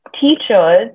teachers